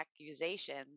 accusations